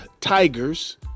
Tigers